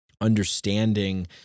understanding